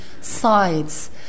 sides